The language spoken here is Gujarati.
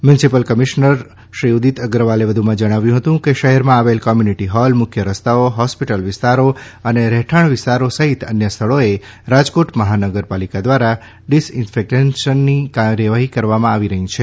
મ્યુનિસીપલ કમિશનર શ્રી ઉદિત અગ્રવાલે વધુમાં જણાવ્યું હતું કે શહેરમાં આવેલ કોમ્યુનિટી હોલ મુખ્ય રસ્તાઓ હોસ્પીટલ વિસ્તારો અને રહેઠાણ વિસ્તારો સહિત અન્યો સ્થળોએ રાજકોટ મહાનગરપાલિકા દ્વારા ડિસઇન્ફેકશની કાર્યવાહી કરવામાં આવી રહી છે